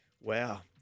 Wow